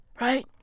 right